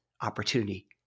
opportunity